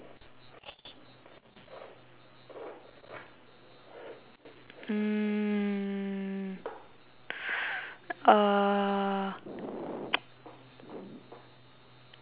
mm uh